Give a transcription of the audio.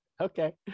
okay